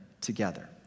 together